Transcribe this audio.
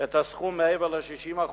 את הסכום מעבר ל-60%,